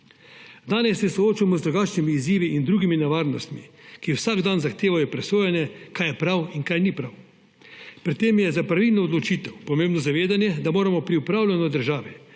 Danes se soočamo z drugačnimi izzivi in drugimi nevarnostmi, ki vsak dan zahtevajo presojanje, kaj je prav in kaj ni prav. Pri tem je za pravilno odločitev pomembno zavedanje, da moramo pri upravljanju države